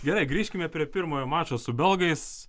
gerai grįžkime prie pirmojo mačo su belgais